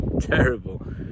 terrible